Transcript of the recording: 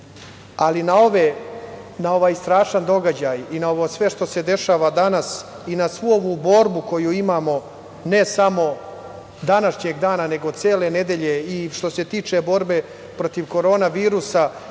na ovaj strašan događaj i na ovo sve što se dešava danas i na svu ovu borbu koju imamo ne samo današnjeg dana, nego cele nedelje i što se tiče borbe protiv korona virusa